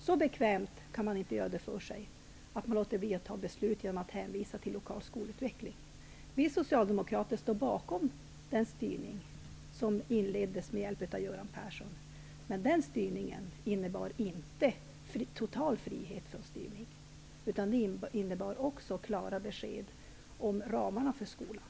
Så bekvämt kan man inte göra det för sig, att man låter bli att fatta beslut genom att hänvisa till lokal skolutveckling. Vi socialdemokrater står bakom den styrning som inleddes med hjälp av Göran Persson. Det innebar inte total frihet från styrning, utan gav klara besked om ramarna för skolan.